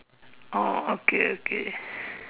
oh okay okay